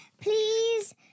please